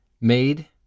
made